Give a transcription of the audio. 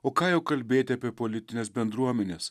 o ką jau kalbėt apie politines bendruomenes